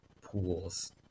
pools